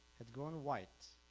had gone white